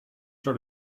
sort